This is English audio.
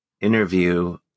interview